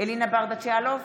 אלינה ברדץ' יאלוב,